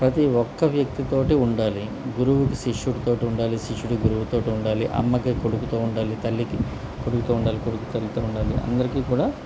ప్రతి ఒక్క వ్యక్తితోటి ఉండాలి గురువుకి శిష్యుడితోటి ఉండాలి శిష్యుడి గురువుతోటి ఉండాలి అమ్మకి కొడుకుతో ఉండాలి తల్లికి కొడుకుతో ఉండాలి కొడుకు తల్లితో ఉండాలి అందరికీ కూడా